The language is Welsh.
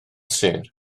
sêr